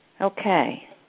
Okay